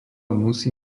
musí